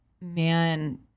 Man